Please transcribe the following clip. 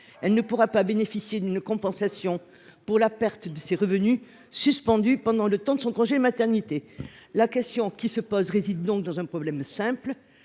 elle ne pourra pas bénéficier d’une compensation pour la perte de ses revenus, suspendus pendant le temps de son congé maternité. La question qui se pose est donc simple.